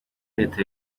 leta